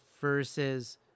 versus